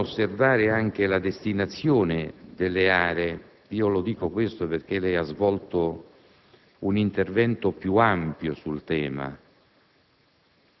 non considerare anche la destinazione delle stesse; lo dico perché lei ha svolto un intervento più ampio sul tema,